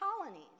colonies